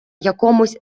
якомусь